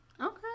Okay